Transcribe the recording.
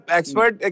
expert